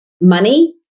money